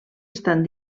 estan